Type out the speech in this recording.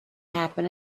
happen